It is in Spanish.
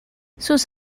sus